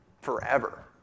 forever